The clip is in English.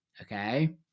Okay